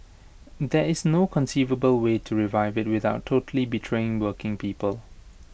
there is no conceivable way to revive IT without totally betraying working people